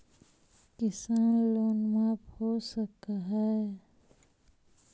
किसान लोन माफ हो सक है?